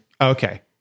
okay